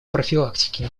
профилактике